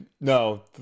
No